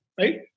Right